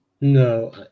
No